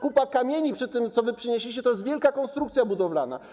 Kupa kamieni przy tym, co wy przynieśliście, to jest wielka konstrukcja budowlana.